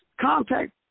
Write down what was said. contact